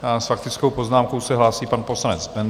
S faktickou poznámkou se hlásí pan poslanec Bendl.